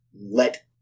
let